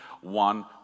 one